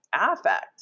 affect